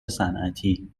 صنعتی